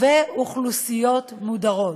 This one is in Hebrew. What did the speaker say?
ואוכלוסיות מודרות.